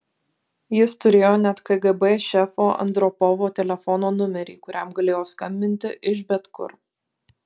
jis turėjo net kgb šefo andropovo telefono numerį kuriam galėjo skambinti iš bet kur